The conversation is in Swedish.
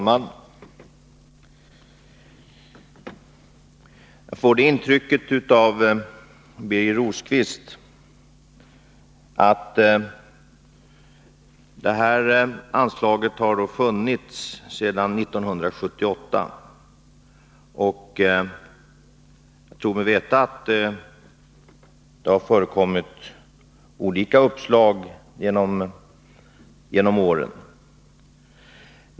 Herr talman! Anslaget har funnits sedan 1978, och jag tror mig veta att olika uppslag när det gäller utnyttjandet har förekommit genom åren.